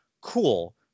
cool